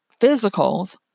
physicals